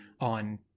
on